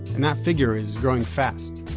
and that figure is growing fast.